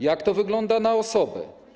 Jak to wygląda na osobę?